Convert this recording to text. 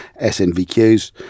SNVQs